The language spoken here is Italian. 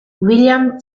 william